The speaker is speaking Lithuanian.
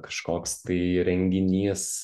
kažkoks tai renginys